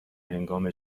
هنگام